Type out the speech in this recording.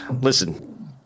listen